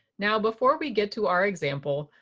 now before we get to our example,